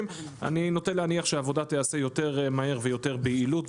אני נוטה להניח שהעבודה תיעשה יותר מהר ויותר ביעילות,